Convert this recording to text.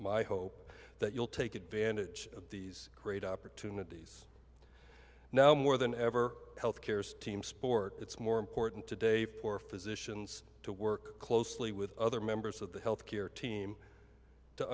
my hope that you'll take advantage of these great opportunities now more than ever health care is team sport it's more important today for physicians to work closely with other members of the health care team to